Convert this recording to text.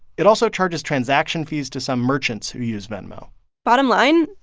it also charges transaction fees to some merchants who use venmo bottom line,